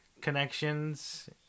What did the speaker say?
connections